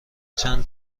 چند